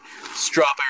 strawberry